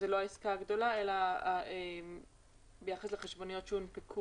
אם זה לא העסקה הגדולה אלא ביחס לחשבוניות שהונפקו.